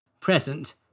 present